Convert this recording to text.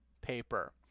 paper